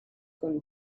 con